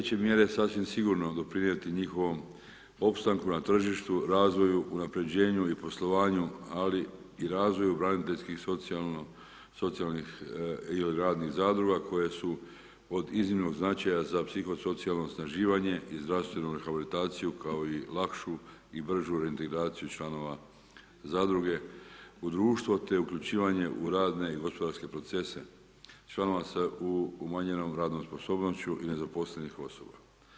Te će mjere sasvim sigurno doprinijeti njihovom opstanku na tržištu, razvoju, unapređenju i poslovanju ali i razvoju braniteljskih socijalno, socijalnih ili radnih zadruga koja su od iznimnog značaja za psiho socijalno osnaživanje i zdravstveno rehabilitaciju kao i lakšu i bržu reintegraciju članova Zadruge u društvo te uključivanje u radne i gospodarske procese članove sa umanjenom radnom sposobnošću i nezaposlenih osoba.